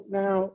now